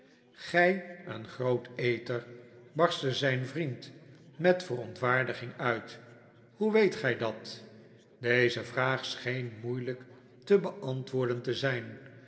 gij een groot eter barstte zijn vriend met verontwaardiging uit hoe weet gij dat deze vraag scheen moeilijk te beantwoorden te zijn